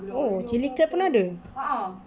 oh chilli crab pun ada